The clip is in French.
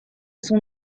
son